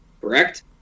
correct